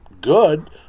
good